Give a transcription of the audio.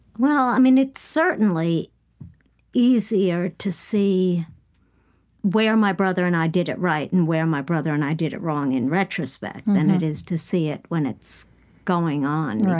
well, i mean, it's certainly easier to see where my brother and i did it right and where my brother and i did it wrong in retrospect than it is to see it when it's going on.